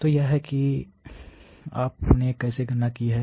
तो यह है कि आपने कैसे गणना की है